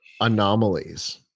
anomalies